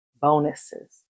bonuses